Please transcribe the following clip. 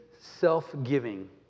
self-giving